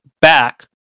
back